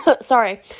Sorry